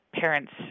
parents